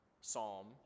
psalm